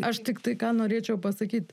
aš tiktai ką norėčiau pasakyt